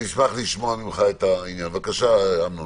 בבקשה.